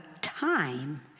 time